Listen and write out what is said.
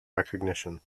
recognition